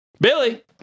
Billy